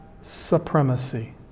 supremacy